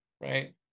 Right